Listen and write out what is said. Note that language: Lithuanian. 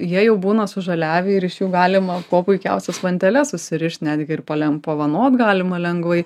jie jau būna sužaliavę ir iš jų galima kuo puikiausias vanteles susirišt netgi ir pale pavanot galima lengvai